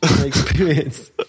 experience